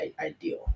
ideal